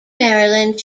maryland